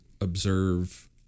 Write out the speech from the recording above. observe